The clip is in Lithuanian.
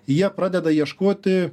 jie pradeda ieškoti